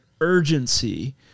urgency